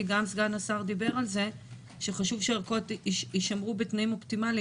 כי גם סגן השר דיבר על זה שחשוב שהערכות יישמרו בתנאים אופטימליים.